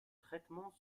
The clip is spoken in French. traitements